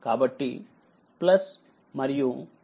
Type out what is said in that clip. కాబట్టి మరియు 16